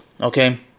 okay